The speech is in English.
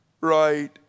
Right